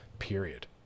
Period